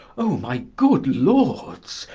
oh my good lords,